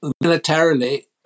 Militarily